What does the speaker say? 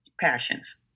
passions